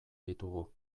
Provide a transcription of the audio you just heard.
ditugu